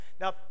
Now